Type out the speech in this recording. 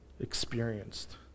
experienced